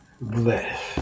bless